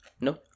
No